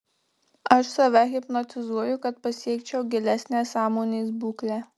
aš save hipnotizuoju kad pasiekčiau gilesnę sąmonės būklę